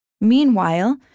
Meanwhile